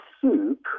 soup